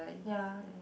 ya